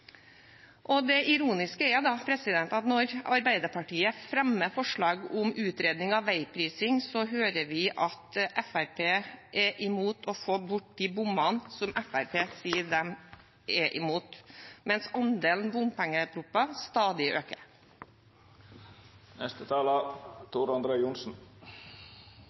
Det ironiske er at når Arbeiderpartiet fremmer forslag om utredning av veiprising, hører vi at Fremskrittspartiet er imot å få bort bommene som Fremskrittspartiet sier de er imot, mens andelen bompengeproposisjoner stadig øker.